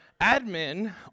admin